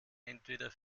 entweder